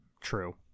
true